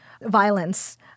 violence